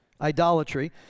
idolatry